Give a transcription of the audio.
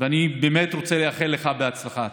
אני באמת רוצה לאחל לך בהצלחה.